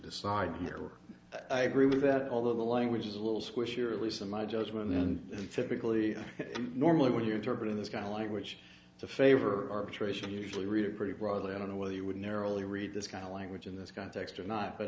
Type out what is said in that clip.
decide here i agree with that although the language is a little squishy or at least in my judgment and typically normally what you interpret in this kind of language to favor arbitration usually read it pretty broadly i don't know whether you would narrowly read this kind of language in this context or not but